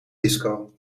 disco